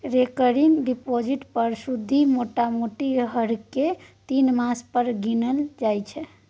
recurring deposit पर सुदि मोटामोटी हरेक तीन मास पर गिनल जाइ छै